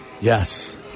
Yes